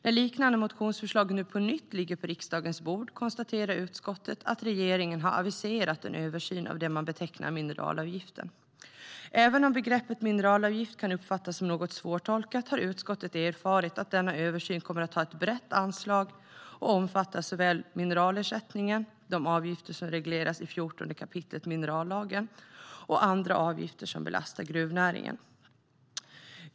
När liknande motionsförslag nu på nytt ligger på riksdagens bord konstaterar utskottet att regeringen har aviserat en översyn av det man betecknar mineralavgiften. Även om begreppet mineralavgift kan uppfattas som något svårtolkat har utskottet erfarit att denna översyn kommer att ha ett brett anslag och omfatta såväl mineralersättningen, de avgifter som regleras i 14 kap. minerallagen och andra avgifter som belastar gruvnäringen.